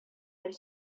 бер